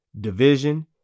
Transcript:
division